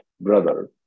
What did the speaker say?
brother